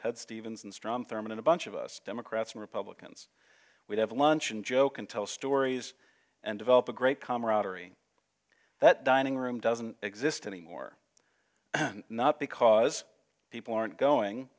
ted stevens and strom thurman and a bunch of us democrats and republicans we'd have lunch and joke and tell stories and develop a great camaraderie that dining room doesn't exist anymore not because people aren't going